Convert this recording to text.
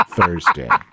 Thursday